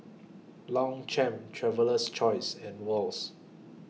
Longchamp Traveler's Choice and Wall's